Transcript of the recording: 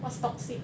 what's toxic